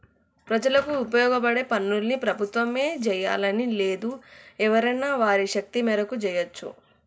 ప్రజలకు ఉపయోగపడే పనుల్ని ప్రభుత్వమే జెయ్యాలని లేదు ఎవరైనా వారి శక్తి మేరకు జెయ్యచ్చు